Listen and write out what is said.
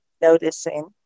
noticing